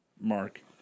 mark